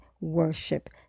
worship